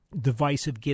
divisive